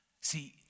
See